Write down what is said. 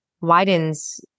widens